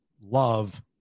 love